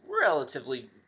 relatively